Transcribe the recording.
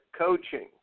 coaching